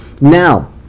Now